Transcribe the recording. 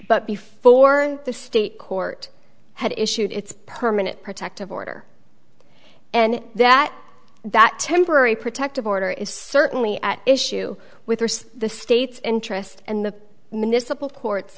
but before the state court had issued its permanent protective order and that that temporary protective order is certainly at issue with the state's interest and the municipal court